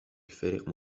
الفريق